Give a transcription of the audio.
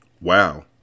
Wow